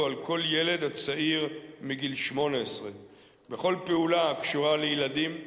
על כל ילד הצעיר מגיל 18. בכל פעולה הקשורה לילדים,